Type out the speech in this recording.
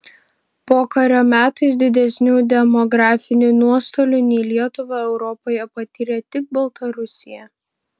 pokario metais didesnių demografinių nuostolių nei lietuva europoje patyrė tik baltarusija